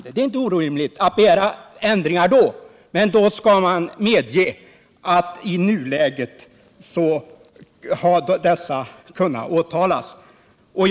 Med den motiveringen är det inte orimligt att begära ändringar. Men då skall man medge att det i nuläget har varit möjligt att väcka åtal.